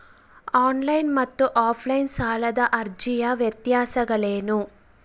On line ಮತ್ತು offline ಸಾಲದ ಅರ್ಜಿಯ ವ್ಯತ್ಯಾಸಗಳೇನು?